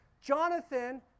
Jonathan